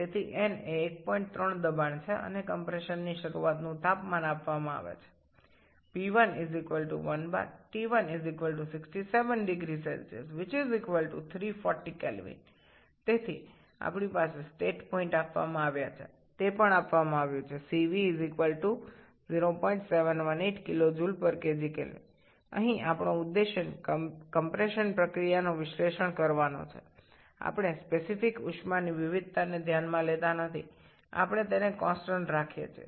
সুতরাং n হল ১৩ চাপ এবং সংকোচনের শুরুতে তাপমাত্রা দেওয়া আছে তাই P1 1 bar T1 67 0C 340 K সুতরাং আমাদের অবস্থান বিন্দুগুলি দেওয়া আছে ঠিক আছে এটিও প্রদত্ত cv 0718 kJkgK আমাদের উদ্দেশ্য হল দহন প্রক্রিয়াটি বিশ্লেষণ করা যা আমরা আপেক্ষিক তাপের ভিন্নতা বিবেচনা করছি না আমরা এটিকে ধ্রুবক হিসাবে রাখছি